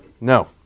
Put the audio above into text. No